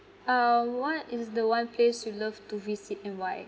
uh what is the one place you love to visit and why